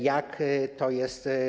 Jak to jest?